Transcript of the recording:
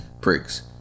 Pricks